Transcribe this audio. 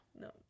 no